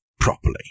Properly